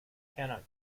cannot